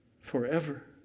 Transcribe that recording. forever